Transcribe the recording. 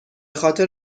خاطر